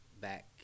back